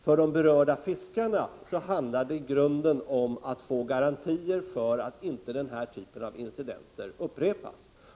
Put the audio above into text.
För de berörda fiskarna handlar det i grunden om att få garantier för att inte den här typen av incidenter upprepas.